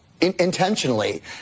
intentionally